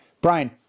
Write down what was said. Brian